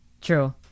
True